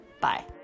bye